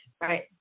right